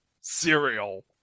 cereal